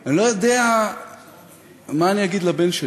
אני לא יודע מה אני אגיד לבן שלי.